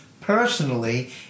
personally